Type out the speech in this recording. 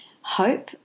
hope